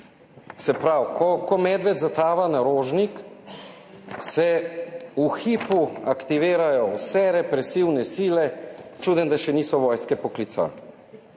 Se pravi, ko medved za tava na Rožnik se v hipu aktivirajo vse represivne sile, čuden, da še niso vojske poklicali.